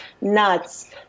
nuts